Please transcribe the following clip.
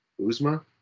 Uzma